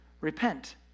Repent